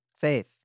Faith